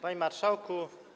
Panie Marszałku!